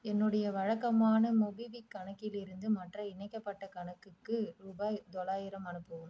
என்னுடைய வழக்கமான மோபிக்விக் கணக்கிலிருந்து மற்ற இணைக்கப்பட்ட கணக்குக்கு ரூபாய் தொள்ளாயிரம் அனுப்பவும்